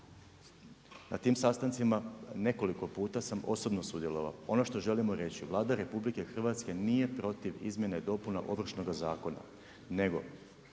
Na tim sastancima nekoliko puta sam osobno sudjelovao. Ono što želimo reći, Vlada RH nije protiv izmjena i dopuna Ovršnoga zakona, nego